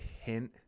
hint